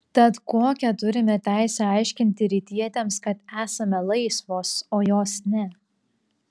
tad kokią turime teisę aiškinti rytietėms kad esame laisvos o jos ne